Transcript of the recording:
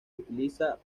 utiliza